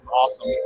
awesome